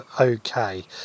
okay